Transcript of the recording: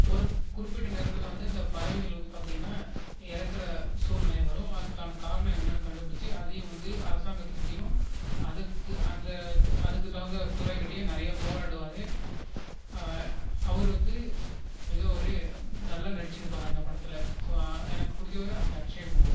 ஒரு குறிப்பிட்ட நேரத்தில் வந்து அந்த பறவைகள் வந்து பார்த்திங்கன்னா இறக்குற சூழ்நிலை வரும் அதுக்கான காரணம் என்னென்னு கண்டுபிடிச்சி அதையும் வந்து அரசாங்கத்துக்கிட்டேயும் அதுக்கு அந்த அதுக்கு தகுந்த துறை கிட்டேயும் நிறையா போராடுவார் அவரு வந்து மிக ஒரு நல்லா நடிச்சிருப்பார் அந்த படத்தில் ஸோ எனக்கு பிடிச்சவரு அந்த அக்க்ஷய குமார்